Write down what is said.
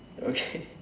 okay